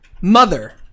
Mother